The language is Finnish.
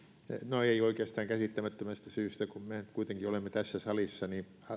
no ei oikeastaan käsittämättömästä syystä kun mehän nyt kuitenkin olemme tässä salissa